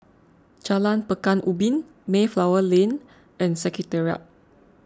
Jalan Pekan Ubin Mayflower Lane and Secretariat